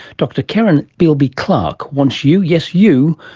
dr keren bielby-clarke wants you, yes you,